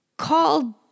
Called